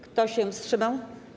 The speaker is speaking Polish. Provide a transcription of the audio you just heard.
Kto się wstrzymał?